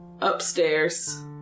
Upstairs